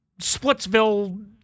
Splitsville